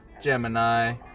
Gemini